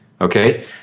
okay